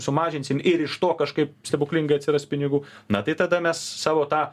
sumažinsim ir iš to kažkaip stebuklingai atsiras pinigų na tai tada mes savo tą